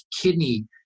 kidney